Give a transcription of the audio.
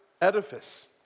edifice